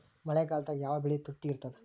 ಮಳೆಗಾಲದಾಗ ಯಾವ ಬೆಳಿ ತುಟ್ಟಿ ಇರ್ತದ?